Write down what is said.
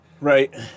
Right